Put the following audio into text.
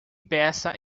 peça